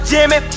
Jimmy